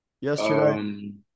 yesterday